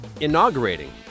inaugurating